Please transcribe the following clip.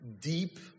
deep